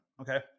okay